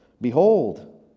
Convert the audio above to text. behold